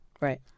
Right